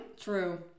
True